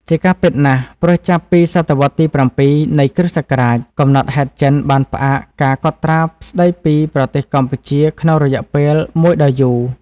ជាការពិតណាស់ ព្រោះចាប់ពី សតវត្សរ៍ទី៧ នៃគ្រិស្តសករាជ កំណត់ហេតុចិនបានផ្អាកការកត់ត្រាស្តីពី ប្រទេសកម្ពុជា ក្នុងរយៈពេលមួយដ៏យូរ។